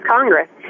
Congress